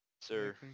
Sir